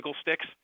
sticks